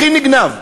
הכי נגנב?